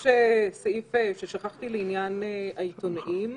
בסעיף קטן זה, שופט לרבות שופט בדימוס.